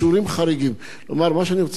כלומר, מה שאני רוצה להגיד, אדוני היושב-ראש,